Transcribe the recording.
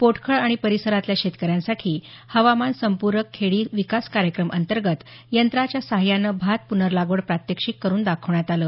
पोटखळ आणि परीसरातल्या शेतकऱ्यांसाठी हवामान संप्रक खेडी विकास कार्यक्रम अंतर्गत यंत्राच्या सहाय्यानं भात प्नर्लागवड प्रात्यक्षिक करून दाखवण्यात आलं